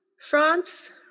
France